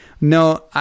no